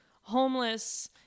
homeless